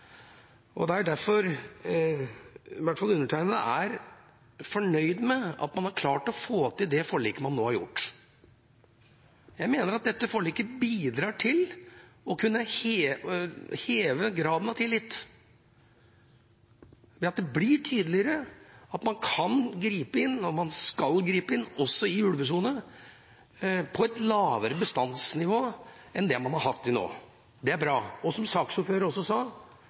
er i hvert fall undertegnede fornøyd med at man har klart å få til dette forliket. Jeg mener at dette forliket kan bidra til å heve graden av tillit, ved at det blir tydeligere at man kan gripe inn når man skal gripe inn, også i ulvesona, på et lavere bestandsnivå enn det man har hatt til nå. Det er bra. Som saksordføreren, representanten Aasland, også sa,